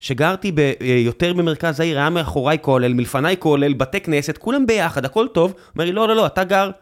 שגרתי ביותר ממרכז העיר, היה מאחוריי כוי'לל, מלפניי כוי'לל, בתי כנסת, כולם ביחד, הכל טוב. אומר לי, לא, לא, לא, אתה גר.